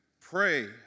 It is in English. pray